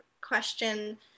question